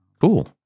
cool